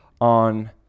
on